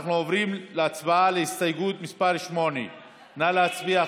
אנחנו עוברים להצבעה על הסתייגות מס' 8. נא להצביע,